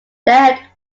that